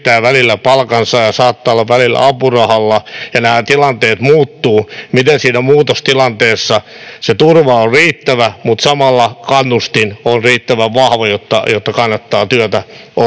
ja nämä tilanteet muuttuvat, se turva on riittävä mutta samalla kannustin on riittävän vahva, jotta kannattaa työtä ottaa